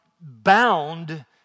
bound